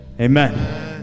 Amen